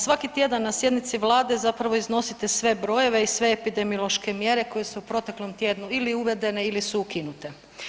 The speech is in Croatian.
Svaki tjedan na sjednici Vlade zapravo iznosite sve brojeve i sve epidemiološke mjere koje su u proteklom tjednu ili uvedene ili su ukinute.